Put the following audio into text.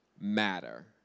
matter